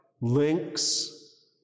links